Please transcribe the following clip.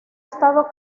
estado